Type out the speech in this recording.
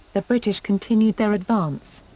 the british continued their advance.